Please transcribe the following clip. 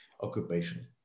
occupation